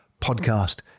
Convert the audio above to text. podcast